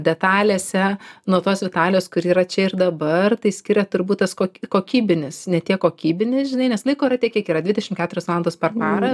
detalėse nuo tos vitalijos kuri yra čia ir dabar tai skiria turbūt tas kok kokybinis ne tiek kokybinis žinai nes laiko yra tiek kiek yra dvidešimt keturios valandos per parą